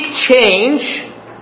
change